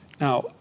Now